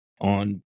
on